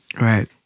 Right